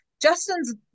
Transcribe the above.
Justin's